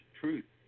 truth